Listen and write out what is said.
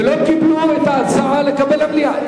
ולא קיבלו את ההצעה לדון במליאה.